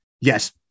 yes